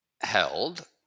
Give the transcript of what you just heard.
held